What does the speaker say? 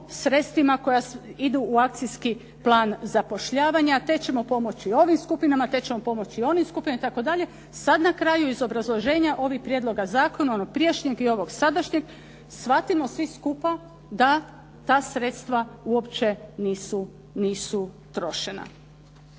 sredstvima koja idu u Akcijski plan zapošljavanja te ćemo pomoći ovim skupinama, te ćemo pomoći onim skupinama itd. sada na kraju iz obrazloženja ovog prijedloga zakona, onog prijašnjeg i ovog sadašnjeg shvatimo svi skupa da ta sredstva uopće nisu trošena.